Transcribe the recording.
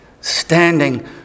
standing